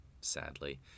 sadly